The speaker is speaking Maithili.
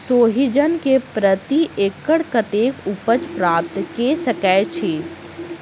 सोहिजन केँ प्रति एकड़ कतेक उपज प्राप्त कऽ सकै छी?